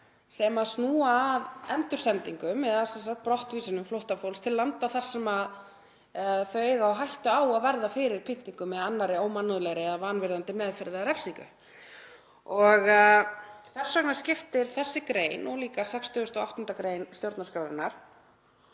sem snúa að endursendingum eða brottvísunum flóttafólks til landa þar sem það á á hættu að verða fyrir pyndingum eða annarri ómannúðlegri eða vanvirðandi meðferð eða refsingu. Þess vegna skiptir þessi grein og líka 68. gr. stjórnarskrárinnar